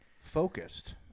focused